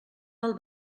del